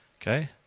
Okay